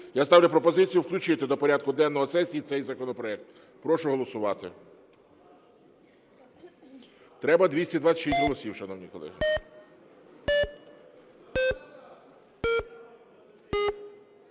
Я ставлю пропозицію включити до порядку денного сесії цей законопроект. Прошу голосувати. Треба 226 голосів, шановні колеги.